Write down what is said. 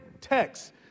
text